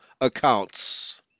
accounts